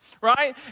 right